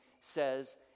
says